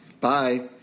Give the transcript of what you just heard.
bye